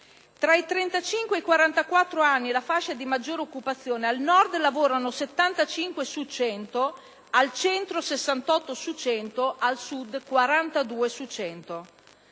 Tra i 35 e i 44 anni 8la fascia di maggiore occupazione) al Nord lavorano 75 donne su 100, al centro 68 su 100, al Sud 42 su 100.